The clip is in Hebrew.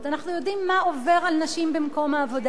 אנחנו יודעים מה עובר על נשים במקום העבודה.